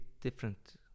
different